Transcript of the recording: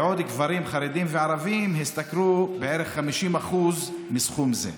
בעוד גברים חרדים וערבים השתכרו בערך 50% מסכום זה.